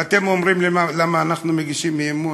ואתם אומרים למה אנחנו מגישים אי-אמון?